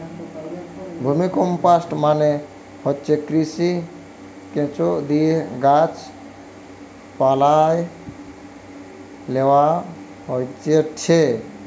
vermicompost মানে হতিছে কৃমি, কেঁচোদিয়ে গাছ পালায় লেওয়া হয়টে